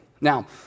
Now